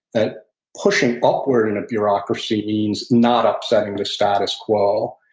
that pushing upward in a bureaucracy means not upsetting the status quo,